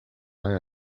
eye